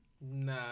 nah